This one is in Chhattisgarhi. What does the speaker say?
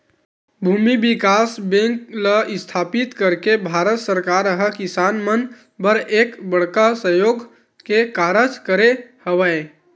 भूमि बिकास बेंक ल इस्थापित करके भारत सरकार ह किसान मन बर एक बड़का सहयोग के कारज करे हवय